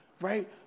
right